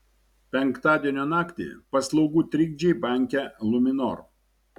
penktadienio naktį paslaugų trikdžiai banke luminor